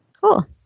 Cool